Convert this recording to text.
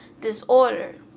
disorder